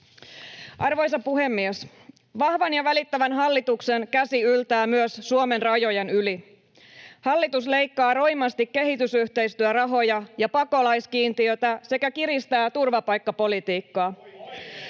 Arvoisa puhemies! Vahvan ja välittävän hallituksen käsi yltää myös Suomen rajojen yli. Hallitus leikkaa roimasti kehitysyhteistyörahoja ja pakolaiskiintiötä sekä kiristää turvapaikkapolitiikkaa.